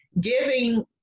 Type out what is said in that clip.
giving